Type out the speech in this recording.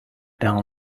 down